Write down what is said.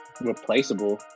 replaceable